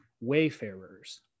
wayfarers